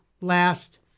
last